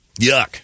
Yuck